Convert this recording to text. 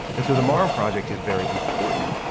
and so the morrow project is very important,